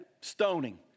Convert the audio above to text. stoning